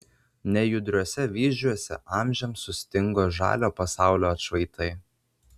nejudriuose vyzdžiuose amžiams sustingo žalio pasaulio atšvaitai